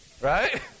Right